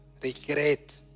regret